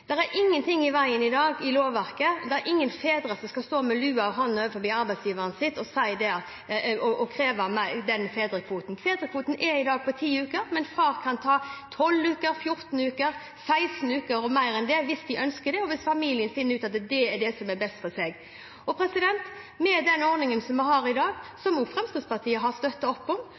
er ingenting i veien i dag i lovverket; det er ingen fedre som skal behøve å stå med lua i hånda overfor arbeidsgiveren sin og kreve fedrekvoten. Fedrekvoten er i dag på ti uker, men far kan ta tolv uker, fjorten uker, seksten uker og mer enn det hvis han ønsker det, og hvis familien finner ut at det er det som er best for dem. Når det gjelder den ordningen som vi har i dag, som også Fremskrittspartiet har støttet opp om